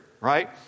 right